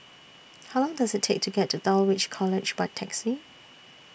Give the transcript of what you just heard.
How Long Does IT Take to get to Dulwich College By Taxi